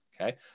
okay